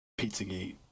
PizzaGate